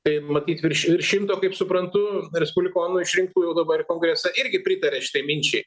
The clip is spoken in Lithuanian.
tai matyt virš šimto kaip suprantu respublikonų išrinktų jau dabar kongrese irgi pritarė šitai minčiai